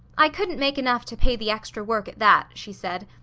i couldn't make enough to pay the extra work at that, she said.